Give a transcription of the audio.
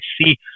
see